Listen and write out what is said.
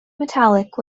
metallic